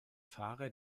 fahrer